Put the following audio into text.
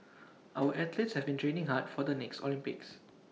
our athletes have been training hard for the next Olympics